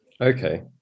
Okay